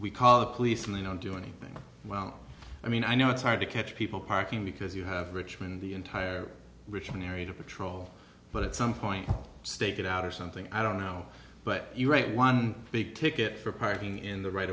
we call the police and they don't do anything well i mean i know it's hard to catch people parking because you have richmond the entire richmond area to patrol but at some point stake it out or something i don't know but one big ticket for parking in the right